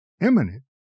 Eminent